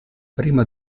prima